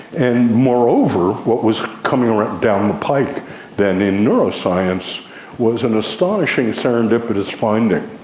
and moreover, what was coming right down the pike then in neuroscience was an astonishing serendipitous finding.